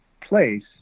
place